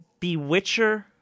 Bewitcher